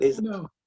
No